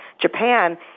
Japan